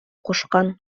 кушкан